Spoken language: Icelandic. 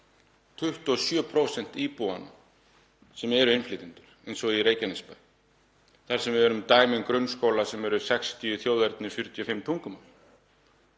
27% íbúanna eru innflytjendur, eins og í Reykjanesbæ þar sem við höfum dæmi um grunnskóla þar sem eru 60 þjóðerni og 45 tungumál.